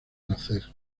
nacer